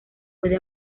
puede